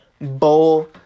Bowl